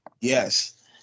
Yes